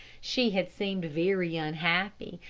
she had seemed very unhappy,